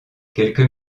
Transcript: quelques